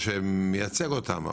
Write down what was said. או מייצג אותם,